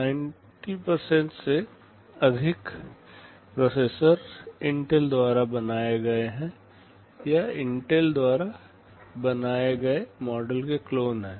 90 से अधिक processor Intel द्वारा बनाए गए है या इंटेल द्वारा बनाए गये मॉडल के क्लोन है